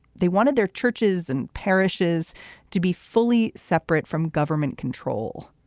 they wanted their churches and parishes to be fully separate from government control.